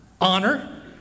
Honor